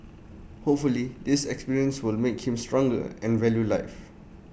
hopefully this experience will make him stronger and value life